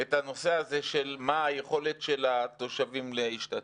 את הנושא הזה של מה היכולת של התושבים להשתתף.